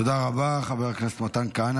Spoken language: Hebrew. תודה רבה, חבר הכנסת מתן כהנא.